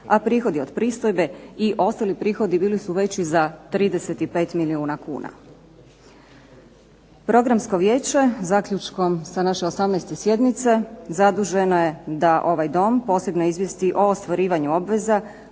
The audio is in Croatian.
a prihodi od pristojbe i ostali prihodi bili su veći za 35 milijuna kuna. Programsko vijeće zaključkom sa naše 18. sjednice zaduženo je da ovaj Dom posebno izvijesti o ostvarivanju obveza